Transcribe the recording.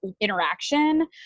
interaction